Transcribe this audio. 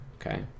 okay